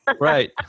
Right